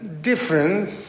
different